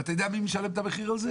ואתה יודע מי משלם את המחיר על זה?